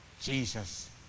jesus